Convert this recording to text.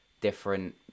different